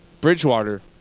Bridgewater